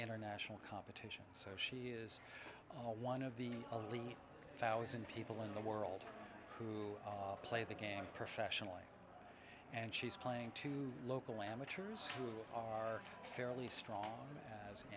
international competitions so she is one of the three thousand people in the world who play the games professionally and she's playing to local amateurs are fairly strong as an